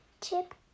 Chip